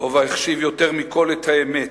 לובה החשיב יותר מכול את האמת,